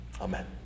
Amen